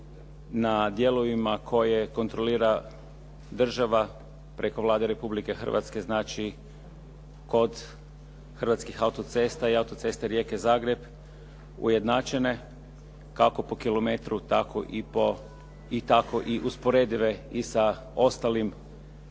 na dijelovima koje kontrolira država preko Vlade Republike Hrvatske, znači kod Hrvatskih auto-cesta i auto-ceste Rijeka-Zagreb ujednačene kako po kilometru i tako i usporedive i sa ostalim